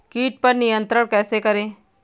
कीट पर नियंत्रण कैसे करें?